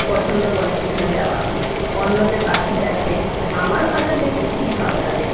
পছন্দ করে সেখানে যাওয়া অন্যদের পাখি দেখে আমারও তাদের দেখতে খুব ভালো লাগে